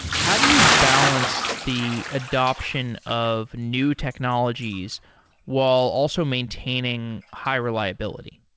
how do you balance the adaption of new technologies while also maintaining high reliability?